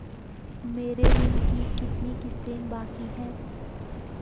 मेरे ऋण की कितनी किश्तें बाकी हैं?